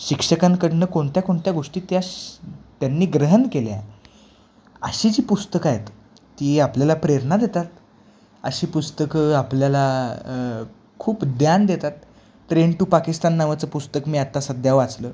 शिक्षकांकडून कोणत्या कोणत्या गोष्टी त्या श् त्यांनी ग्रहण केल्या अशी जी पुस्तकं आहेत ती आपल्याला प्रेरणा देतात अशी पुस्तकं आपल्याला खूप ज्ञान देतात ट्रेन टू पाकिस्तान नावाचं पुस्तक मी आत्ता सध्या वाचलं